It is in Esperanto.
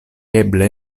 eble